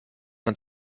ein